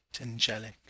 angelic